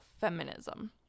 feminism